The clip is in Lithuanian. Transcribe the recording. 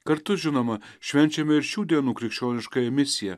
kartu žinoma švenčiame ir šių dienų krikščioniškąją misiją